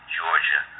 Georgia